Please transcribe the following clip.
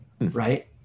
Right